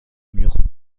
murs